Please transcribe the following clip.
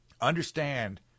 understand